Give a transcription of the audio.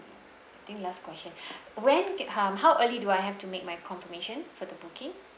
I think last question when ca~ um how early do I have to make my confirmation for the booking